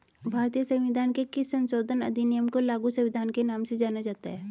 भारतीय संविधान के किस संशोधन अधिनियम को लघु संविधान के नाम से जाना जाता है?